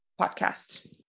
podcast